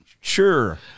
Sure